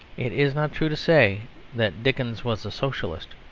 it is not true to say that dickens was a socialist,